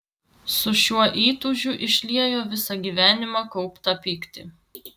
su šiuo įtūžiu išliejo visą gyvenimą kauptą pyktį